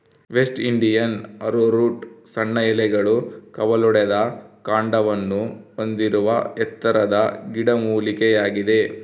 West Indian arrowroot ಸಣ್ಣ ಎಲೆಗಳು ಕವಲೊಡೆದ ಕಾಂಡವನ್ನು ಹೊಂದಿರುವ ಎತ್ತರದ ಗಿಡಮೂಲಿಕೆಯಾಗಿದೆ